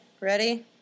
Ready